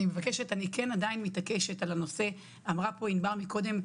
אני עדיין מתעקשת על הנושא אמרה פה ענבל קודם,